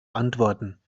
antworten